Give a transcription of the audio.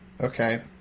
Okay